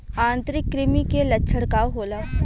आंतरिक कृमि के लक्षण का होला?